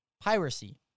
Piracy